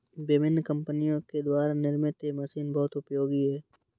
विभिन्न कम्पनियों के द्वारा निर्मित यह मशीन बहुत उपयोगी है